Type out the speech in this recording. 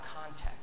context